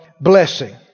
blessing